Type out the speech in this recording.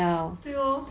对 lor